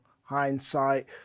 hindsight